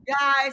guys